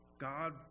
God